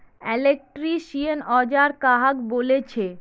Electrician औजार कहाक बोले छे?